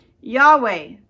Yahweh